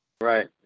Right